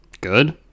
good